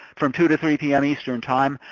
from two to three pm eastern time,